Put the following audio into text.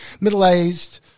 middle-aged